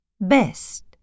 Best